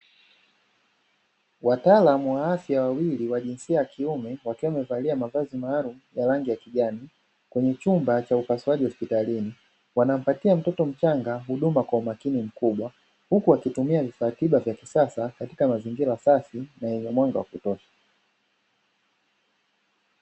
Wataalamu wa afya wawili wa jinsia ya kiume wakiwa wamevalia mavazi maalumu ya rangi ya kijani, kwenye chumba cha upasuaji hospitalini wanampatia mtoto mchanga huduma kwa umakini mkubwa; huku wakitumia vifaa tiba vya kisasa katika mazingira safi na yenye mwanga wa kutosha.